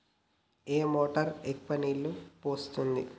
ఏ motor ఎక్కువ నీళ్లు పోస్తుంది?